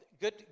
good